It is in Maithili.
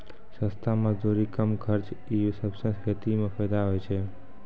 सस्ता मजदूरी, कम खर्च ई सबसें खेती म फैदा होय छै